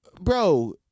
bro